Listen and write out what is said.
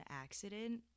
accident